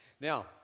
Now